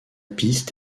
piste